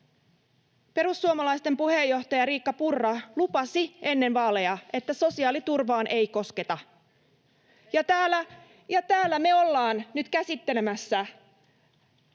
Perussuomalaisten puheenjohtaja Riikka Purra lupasi ennen vaaleja, että sosiaaliturvaan ei kosketa, ja täällä me ollaan nyt käsittelemässä